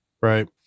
Right